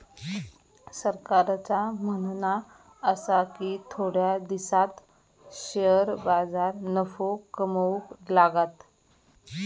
सरकारचा म्हणणा आसा की थोड्या दिसांत शेअर बाजार नफो कमवूक लागात